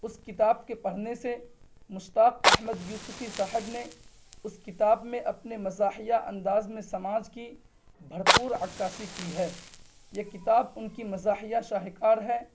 اس کتاب کے پڑھنے سے مشتاق احمد یوسفی صاحب نے اس کتاب میں اپنے مزاحیہ انداز میں سماج کی بھرپور عکّاسی کی ہے یہ کتاب ان کی مزاحیہ شاہکار ہے